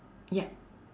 yup